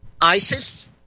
ISIS